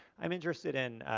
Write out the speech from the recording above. i'm interested in